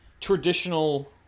traditional